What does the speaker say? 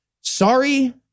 Sorry